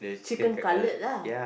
chicken cutlet lah